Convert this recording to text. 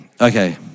Okay